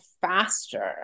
faster